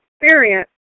experience